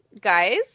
Guys